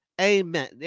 Amen